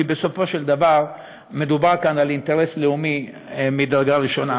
כי בסופו של דבר מדובר כאן באינטרס לאומי ממדרגה ראשונה.